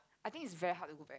I think is very hard to go back